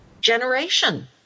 generation